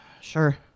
sure